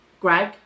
Greg